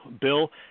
Bill